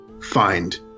Find